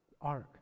ark